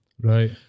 Right